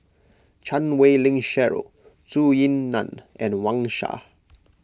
Chan Wei Ling Cheryl Zhou Ying Nan and Wang Sha